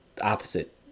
opposite